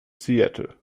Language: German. seattle